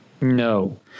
No